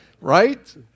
Right